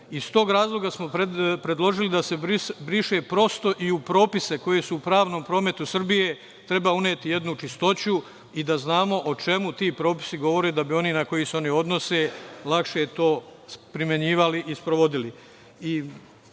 Iz tog razloga smo predložili da se briše. Prosto i propisima koji su pravnom prometu Srbije treba uneti jednu čistoću i da znamo o čemu ti propisi govore da bi oni na koje se oni odnose lakše to primenjivali i sprovodili. Saglasni